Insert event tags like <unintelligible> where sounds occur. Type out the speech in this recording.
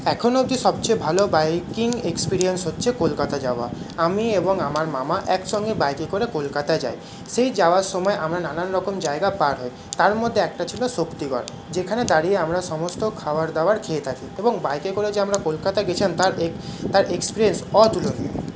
এখনও কি সবচেয়ে ভালো বাইকিং এক্সপিরিয়েন্স হচ্ছে কলকাতা যাওয়া আমি এবং আমার মামা একসঙ্গে বাইকে করে কলকাতা যাই সেই যাওয়ার সময় আমরা নানান রকম জায়গা পার হই তার মধ্যে একটা ছিল শক্তিগড় যেখানে দাঁড়িয়ে আমরা সমস্ত খাওয়ার দাওয়ার খেয়ে থাকি এবং বাইকে করে যে আমরা কলকাতা গেছিলাম তার <unintelligible> তার এক্সপিরিয়েন্স অতুলনীয়